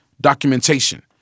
documentation